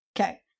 Okay